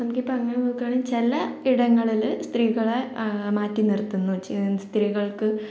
നമുക്കിപ്പോൾ അങ്ങനെ നോക്കണേൽ ചില ഇടങ്ങളിൽ സ്ത്രീകളെ മാറ്റി നിർത്തുന്നു സ്ത്രീകൾക്ക്